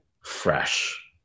fresh